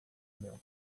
mel